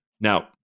Now